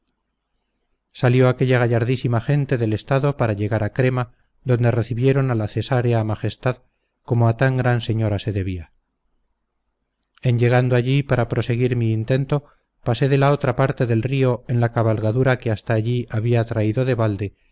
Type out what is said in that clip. salió aquella gallardísima gente del estado hasta llegar a crema donde recibieron a la cesárea majestad como a tan gran señora se debía en llegando allí para proseguir mí intento pasé de la otra parte del río en la cabalgadura que hasta allí había traído de balde